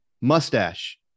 mustache